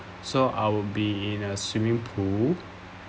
so I will be in a swimming pool